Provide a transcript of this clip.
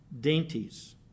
dainties